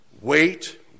Wait